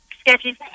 sketchy